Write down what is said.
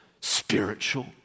spiritual